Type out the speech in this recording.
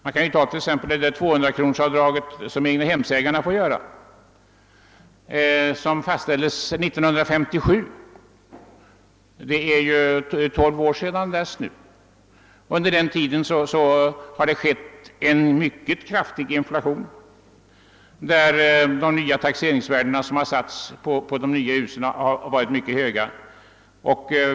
Tag t.ex. 200-kronorsavdraget för egnahemsägare. Det fastställdes 1957, alltså för tolv år sedan. Sedan dess har vi haft en mycket kraftig inflation. Det visar de nya taxeringsvärdena.